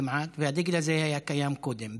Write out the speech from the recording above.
והדגל הזה היה קיים קודם.